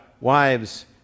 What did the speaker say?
wives